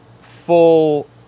full